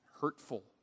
hurtful